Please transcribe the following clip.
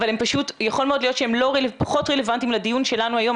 אבל יכול מאוד להיות שהם פחות רלוונטיים לדיון שלנו היום,